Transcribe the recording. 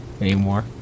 anymore